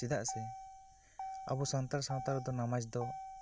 ᱪᱮᱫᱟᱜ ᱥᱮ ᱟᱵᱚ ᱥᱟᱱᱛᱟᱲ ᱥᱟᱶᱛᱟ ᱨᱮᱫᱚ ᱱᱟᱢᱟᱡᱽ ᱫᱚ